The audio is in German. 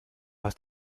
hast